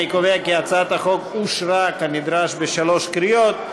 אני קובע כי הצעת החוק התקבלה בשלוש קריאות.